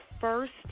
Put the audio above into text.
first